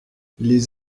les